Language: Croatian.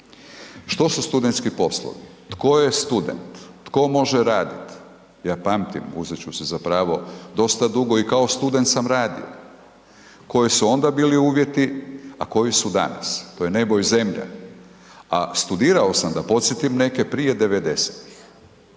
Što su studentski poslovi? Tko je student? Tko može radit? Ja pamtim, uzet ću si zapravo, dosta dugo i kao student sam radio, koji su onda bili uvjeti a koji su danas, to je nebo i zemlja. A studirao sam da podsjetim neke, prije 90-tih.